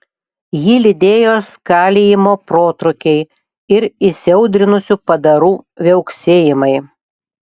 jį lydėjo skalijimo protrūkiai ir įsiaudrinusių padarų viauksėjimai